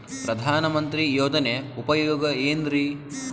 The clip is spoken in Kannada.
ಪ್ರಧಾನಮಂತ್ರಿ ಯೋಜನೆ ಉಪಯೋಗ ಏನ್ರೀ?